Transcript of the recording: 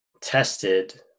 tested